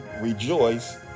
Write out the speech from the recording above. rejoice